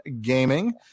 gaming